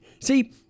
See